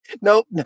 Nope